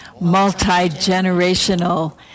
multi-generational